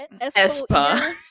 Espo